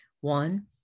One